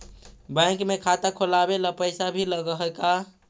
Bank में खाता खोलाबे ल पैसा भी लग है का?